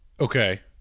Okay